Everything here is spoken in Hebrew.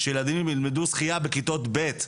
שילדים ילמדו שחיה בכיתות ב',